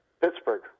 Pittsburgh